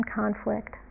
conflict